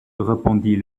répondit